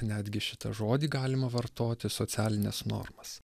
netgi šitą žodį galima vartoti socialines normas